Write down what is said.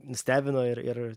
nustebino ir ir